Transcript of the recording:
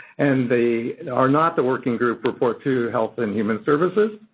and they are not the working group report to health and human services.